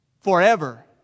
forever